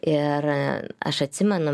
ir aš atsimenam